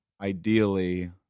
ideally